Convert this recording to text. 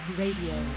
radio